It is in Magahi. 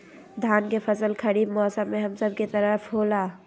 धान के फसल खरीफ मौसम में हम सब के तरफ होला